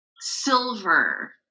silver